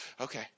Okay